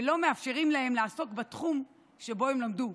ולא מאפשרים להם לעסוק בתחום שהם למדו,